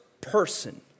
person